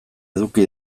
eduki